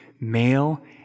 Male